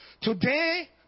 Today